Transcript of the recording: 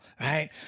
Right